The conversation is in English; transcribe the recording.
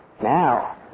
Now